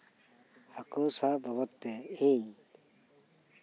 ᱦᱟᱠᱳ ᱥᱟᱵ ᱵᱟᱵᱚᱫ ᱛᱮ ᱤᱧ